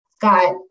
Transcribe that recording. got